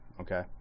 Okay